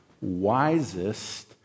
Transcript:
wisest